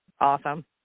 awesome